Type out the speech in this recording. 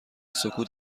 سکوت